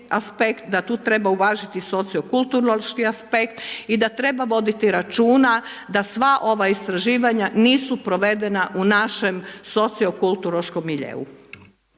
da tu treba uvažiti socio kulturološki aspekt i da treba voditi računa da sva ova istraživanja nisu provedena u našem socio kulturološkom miljeu.